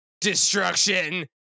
destruction